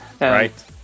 right